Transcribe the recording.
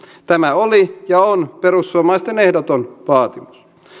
tämä oli ja on perussuomalaisten ehdoton vaatimus